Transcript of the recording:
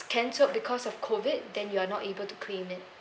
cancelled because of COVID then you are not able to claim it